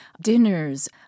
dinners